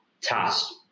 task